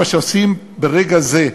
מה שאנחנו עושים ברגע זה,